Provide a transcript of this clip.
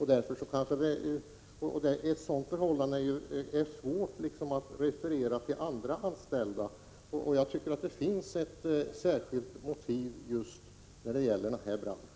Här är det svårt att referera till andra anställda. Jag tycker att det finns ett särskilt motiv just beträffande denna bransch.